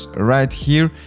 ah right here.